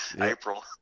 April